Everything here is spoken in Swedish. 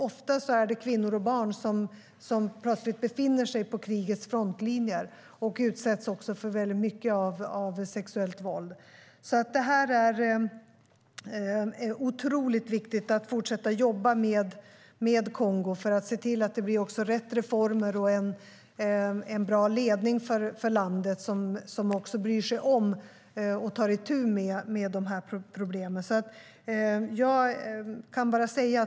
Ofta befinner sig kvinnorna och barnen i krigets frontlinje och utsätts för det sexuella våldet. Det är oerhört viktigt att fortsätta att jobba med Kongo för att se till att det införs rätt reformer och att landet får en bra ledning som bryr sig om och tar itu med problemen.